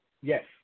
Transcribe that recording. Yes